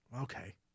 Okay